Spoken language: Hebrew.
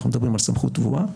אנחנו מדברים על סמכות טבועה,